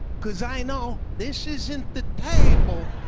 cause i know this isn't the table.